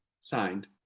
signed